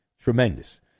tremendous